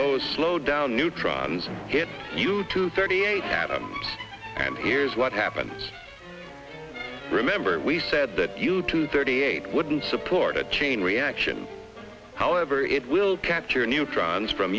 those slow down new try and get you to thirty eight and here's what happened remember we said that you two thirty eight wouldn't support a chain reaction however it will capture neutrons from